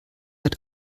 hat